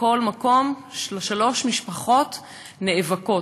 היום, על כל מקום שלוש משפחות נאבקות.